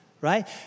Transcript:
right